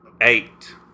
eight